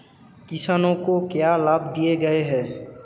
किसानों को क्या लाभ दिए गए हैं?